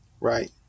right